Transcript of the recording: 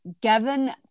Gavin